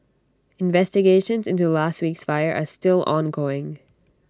investigations into last week's fire are still ongoing